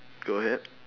go ahead